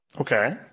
Okay